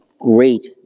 great